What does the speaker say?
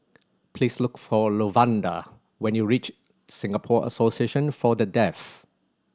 please look for Lavonda when you reach Singapore Association For The Deaf